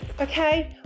okay